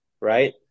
right